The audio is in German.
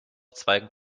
zweigen